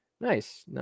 nice